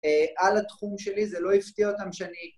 על התחום שלי, זה לא הפתיע אותם שאני...